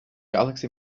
galaxy